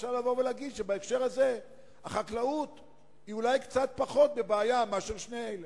אפשר לבוא ולהגיד שבהקשר הזה החקלאות היא אולי קצת פחות בבעיה משני אלה.